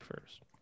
first